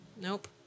nope